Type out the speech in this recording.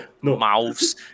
mouths